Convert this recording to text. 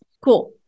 Cool